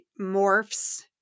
morphs